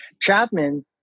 Chapman